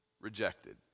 rejected